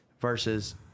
versus